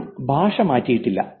ആരും ഭാഷ മാറ്റില്ല